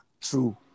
true